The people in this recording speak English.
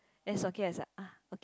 then song Song-Kiat is like ah okay